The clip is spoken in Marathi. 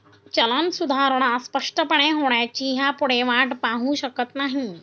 चलन सुधारणा स्पष्टपणे होण्याची ह्यापुढे वाट पाहु शकत नाही